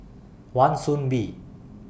Wan Soon Bee